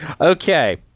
Okay